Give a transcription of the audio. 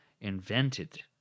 invented